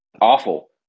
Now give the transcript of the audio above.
Awful